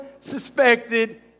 suspected